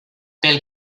pel